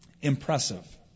Impressive